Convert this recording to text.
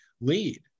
lead